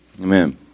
Amen